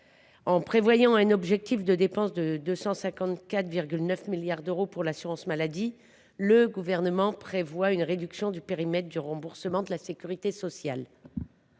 En entérinant un objectif de dépenses de 254,9 milliards d’euros pour l’assurance maladie, le Gouvernement prévoit une réduction du périmètre du remboursement de la sécurité sociale.